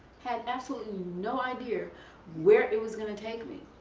had absolutely you know idea where it was going to take me.